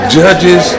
judges